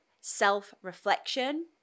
self-reflection